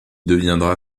deviendra